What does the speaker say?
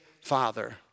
Father